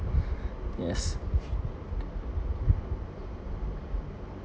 yes